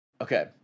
Okay